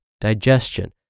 digestion